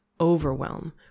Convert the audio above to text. overwhelm